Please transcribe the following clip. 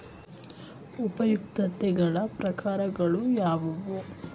ಉಪಯುಕ್ತತೆಗಳ ಪ್ರಕಾರಗಳು ಯಾವುವು?